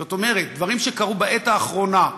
זאת אומרת, דברים שקרו בעת האחרונה,